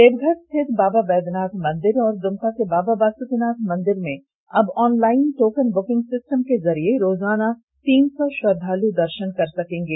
देवघर स्थित बाबा बैधनाथ मंदिर और द्मका के बाबा बास्कीनाथ मंदिर में अब ऑनलाईन टोकन ब्रकिंग सिस्टम के जरिये रोजाना तीन सौ श्रद्वाल दर्शन कर सकेंगे